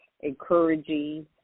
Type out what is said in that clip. encouraging